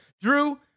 Drew